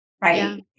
right